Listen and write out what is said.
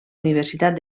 universitat